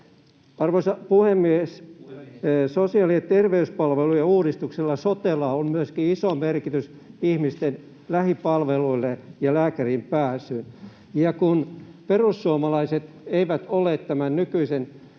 Arvoisa puhemies! Sosiaali- ja terveyspalveluiden uudistuksella, sotella, on myöskin iso merkitys ihmisten lähipalveluille ja lääkäriin pääsyyn. Kun perussuomalaiset eivät ole tämän nykyisen